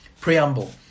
Preamble